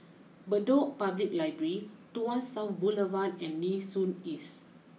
Bedok Public library Tuas South Boulevard and Nee Soon East